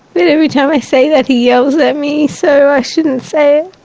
but every time i say that he yells at me, so i shouldn't say